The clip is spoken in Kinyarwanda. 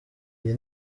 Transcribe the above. iyi